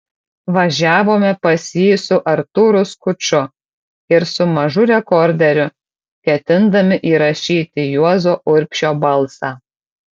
važiavome pas jį su artūru skuču ir su mažu rekorderiu ketindami įrašyti juozo urbšio balsą